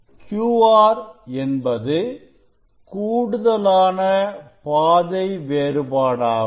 QR என்பது கூடுதலான பாதை வேறுபாடாகும்